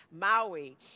Maui